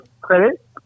credit